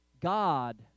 God